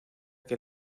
que